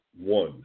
one